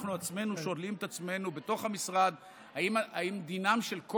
אנחנו עצמנו שואלים את עצמנו בתוך המשרד אם דינם של כל